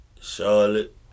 Charlotte